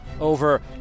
over